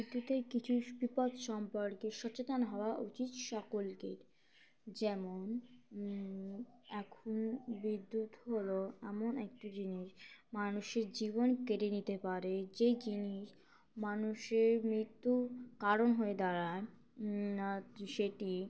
বিদ্যুতের কিছু বিপদ সম্পর্কে সচেতন হওয়া উচিত সকলকে যেমন এখন বিদ্যুৎ হল এমন একটি জিনিস মানুষের জীবন কেড়ে নিতে পারে যে জিনিস মানুষের মৃত্যুর কারণ হয়ে দাঁড়ায় সেটি